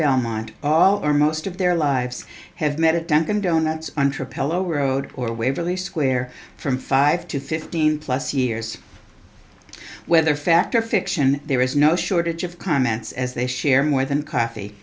belmont all or most of their lives have met at dunkin donuts entre pellow road or waverly square from five to fifteen plus years whether fact or fiction there is no shortage of comments as they share more than coffee